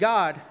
God